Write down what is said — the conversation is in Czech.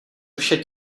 duše